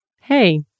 hey